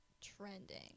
trending